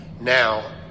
now